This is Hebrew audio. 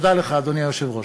תודה לך, אדוני היושב-ראש.